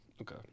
okay